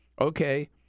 okay